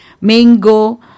mango